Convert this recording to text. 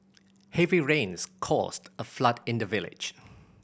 heavy rains caused a flood in the village